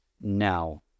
now